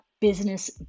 business